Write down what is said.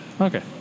okay